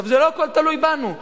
עכשיו, לא הכול תלוי בנו.